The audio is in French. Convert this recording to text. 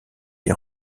des